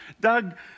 Doug